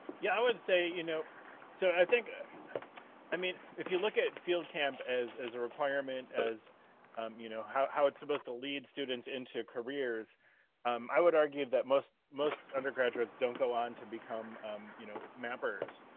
yeah, i would say you know so i think i i mean if you look at field camp as as a requirement as um you know how how it's supposed to lead students into um i would argue that most most undergraduates, don't go on to become um you know mappers,